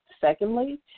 secondly